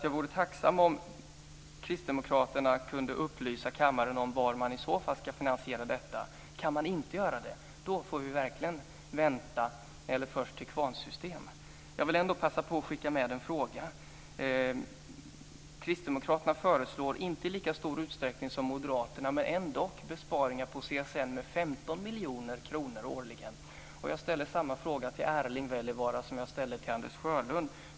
Jag vore tacksam om kristdemokraterna kunde upplysa kammaren om var man i så fall ska finansiera detta. Kan man inte göra det får man verkligen vänta eller ett först-till-kvarn-system. Jag vill passa på och skicka med en fråga. Kristdemokraterna föreslår, inte i lika stor utsträckning som moderaterna, men ändock, besparingar på CSN med 15 miljoner kronor årligen. Jag ställer samma fråga till Erling Wälivaara som till Anders Sjölund.